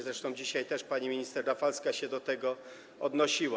Zresztą dzisiaj też pani minister Rafalska się do tego odnosiła.